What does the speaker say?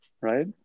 right